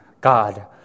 God